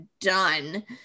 done